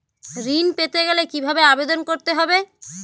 ঋণ পেতে গেলে কিভাবে আবেদন করতে হবে?